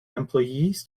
employees